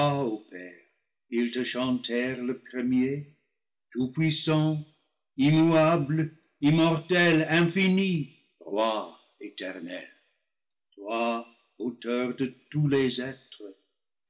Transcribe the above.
ils te chantèrent le premier tout-puissant immuable immortel infini roi éternel toi auteur de tous les êtres